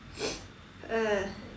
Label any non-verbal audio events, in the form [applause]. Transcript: [noise] uh